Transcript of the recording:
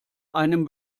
einem